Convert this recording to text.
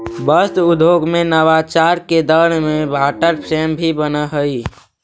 वस्त्र उद्योग में नवाचार के दौर में वाटर फ्रेम भी बनऽ हई